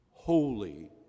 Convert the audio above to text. Holy